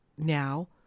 now